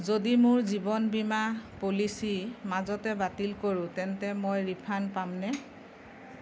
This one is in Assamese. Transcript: যদি মোৰ জীৱন বীমা পলিচী মাজতে বাতিল কৰো তেন্তে মই ৰিফাণ্ড পামনে